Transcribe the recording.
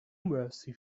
mercy